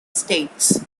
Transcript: states